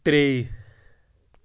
ترٛے